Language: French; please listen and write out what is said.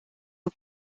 aux